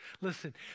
Listen